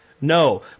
No